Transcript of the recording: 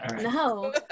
No